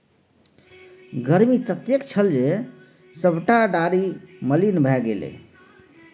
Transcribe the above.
गर्मी ततेक छल जे सभटा डारि मलिन भए गेलै